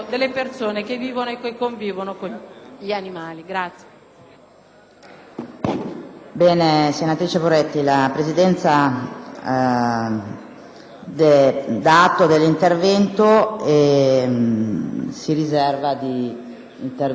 Senatrice Poretti, la Presidenza prende atto del suo intervento e si riserva di intervenire presso il Governo.